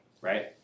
right